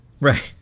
right